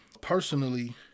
personally